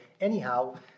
anyhow